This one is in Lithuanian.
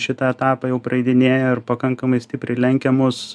šitą etapą jau praeidinėja ir pakankamai stipriai lenkia mus